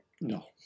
no